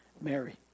Mary